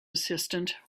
assistant